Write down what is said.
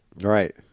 Right